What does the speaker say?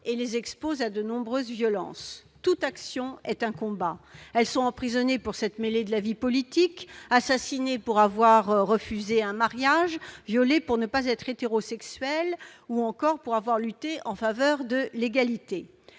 et les exposent à de nombreuses violences. Je veux y insister. Toute action est un combat. Elles sont emprisonnées pour s'être mêlées de la vie politique, assassinées pour avoir refusé un mariage, violées parce que non hétérosexuelles ou tuées pour avoir lutté en faveur de l'égalité.